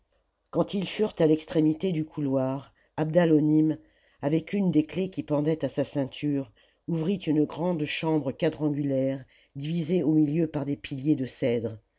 quand ils furent à l'extrémité du couloir àme avec une des clefs qui pendaient à sa ceinture ouvrit une grande chambre quadrangulalre divisée au milieu par des piliers de cèdre